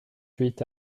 huit